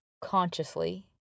consciously